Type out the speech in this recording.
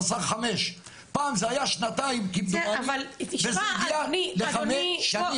רס"ר 5. פעם זה היה שנתיים כמדומני וזה הגיע לחמש שנים.